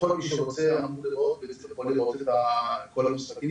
כל מי שרוצה יכול לראות את כל המשחקים,